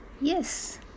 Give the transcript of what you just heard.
Yes